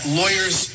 lawyers